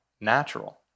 natural